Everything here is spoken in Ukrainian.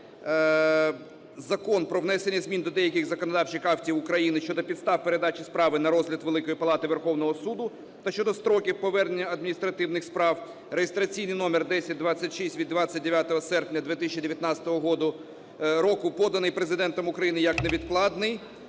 Закон про внесення змін до деяких законодавчих актів України щодо підстав передачі справи на розгляд Великої Палати Верховного Суду та щодо строків повернення адміністративних справ (реєстраційний номер 1026) від 29 серпня 2019 року, поданий Президентом України, як невідкладний.